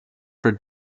for